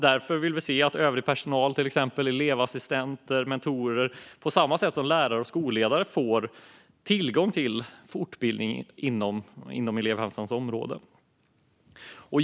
Därför vill vi se att övrig personal, till exempel elevassistenter och mentorer, på samma sätt som lärare och skolledare får tillgång till fortbildning inom elevhälsans område.